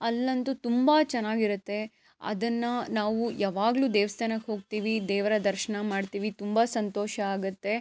ಅಲ್ಲಂತೂ ತುಂಬ ಚೆನ್ನಾಗಿರುತ್ತೆ ಅದನ್ನು ನಾವು ಯಾವಾಗ್ಲೂ ದೇವ್ಸ್ಥಾನಕ್ಕೆ ಹೋಗ್ತೀವಿ ದೇವರ ದರ್ಶನ ಮಾಡ್ತೀವಿ ತುಂಬ ಸಂತೋಷ ಆಗುತ್ತೆ